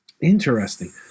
Interesting